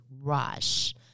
rush